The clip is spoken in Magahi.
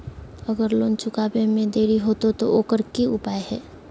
अगर लोन चुकावे में देरी होते तो ओकर की उपाय है?